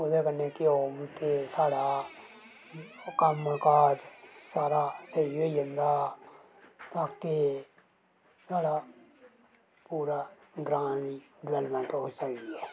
ओह्दै कन्नै केह् होग के साढ़ा कन्न काज सारा स्हेई होई जंदा बाकी साड़ा पूरा ग्रांऽ दी डवैलमैंट होई सकदी ऐ